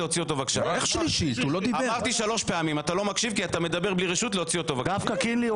חבר הכנסת ביסמוט קריאה שנייה,